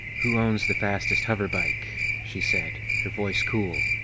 who owns the fastest hover bike? she said, her voice cool.